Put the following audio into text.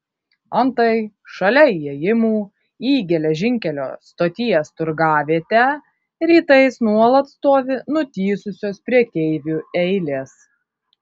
antai šalia įėjimų į geležinkelio stoties turgavietę rytais nuolat stovi nutįsusios prekeivių eilės